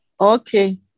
Okay